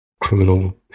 criminal